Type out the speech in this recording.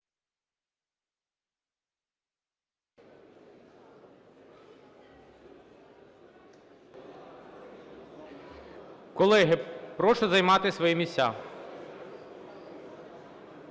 колеги, прошу займати свої місця.